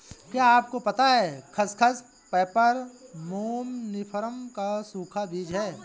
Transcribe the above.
क्या आपको पता है खसखस, पैपर सोमनिफरम का सूखा बीज है?